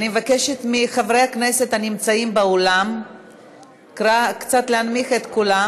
אני מבקשת מחברי הכנסת הנמצאים באולם קצת להנמיך את קולם.